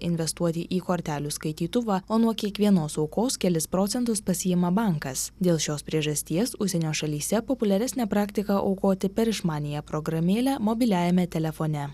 investuoti į kortelių skaitytuvą o nuo kiekvienos aukos kelis procentus pasiima bankas dėl šios priežasties užsienio šalyse populiaresnė praktika aukoti per išmaniąją programėlę mobiliajame telefone